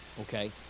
okay